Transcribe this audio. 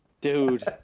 dude